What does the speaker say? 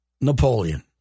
Napoleon